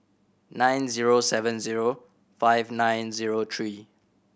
nine zero seven zero five nine zero three